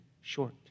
short